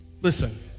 Listen